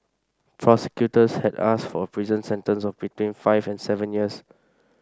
prosecutors had asked for a prison sentence of between five and seven years